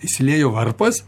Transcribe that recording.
išsiliejo varpas